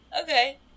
okay